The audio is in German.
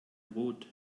brot